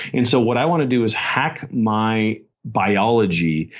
and so what i want to do is hack my biology,